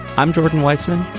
i'm jordan weisman.